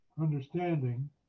understanding